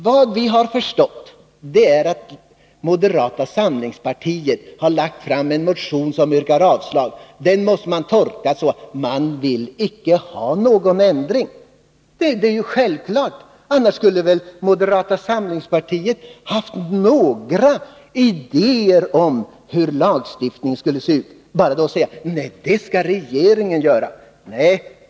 Vad vi har förstått är att moderata samlingspartiet har lagt fram en motion som yrkar avslag. Den måste tolkas så att man inte vill ha någon ändring. Det är ju självklart, för annars skulle väl moderata samlingspartiet ha fört fram några idéer om hur lagstiftningen skulle se ut. I stället säger man bara: Nej, det skall regeringen göra.